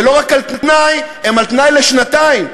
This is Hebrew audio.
ולא רק על-תנאי, הם על-תנאי לשנתיים.